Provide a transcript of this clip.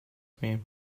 cream